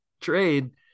trade